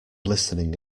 listening